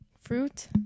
fruit